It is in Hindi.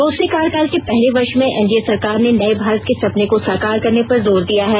दूसरे कार्यकाल के पहले वर्ष में एनडीए सरकार ने नए भारत के सपने को साकार करने पर जोर दिया हैं